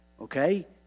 Okay